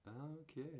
Okay